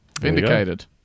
Vindicated